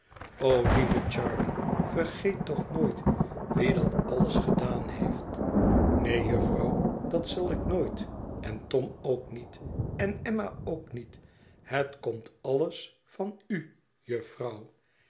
o lieve charley vergeet toch nooit wie dat alles gedaan heeft neen jufvrouw dat zal ik nooit en tom ook niet en emma ook niet het komt alles van u